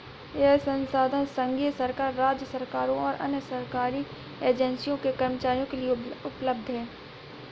यह संसाधन संघीय सरकार, राज्य सरकारों और अन्य सरकारी एजेंसियों के कर्मचारियों के लिए उपलब्ध है